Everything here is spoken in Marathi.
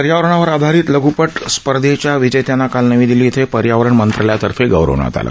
पर्यावरणावर आधारित लघ्पट स्पर्धेच्या विजेत्यांना काल नवी दिल्ली इथं पर्यावरण मंत्रालयातर्फे गौरवण्यात आलं